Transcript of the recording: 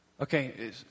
Okay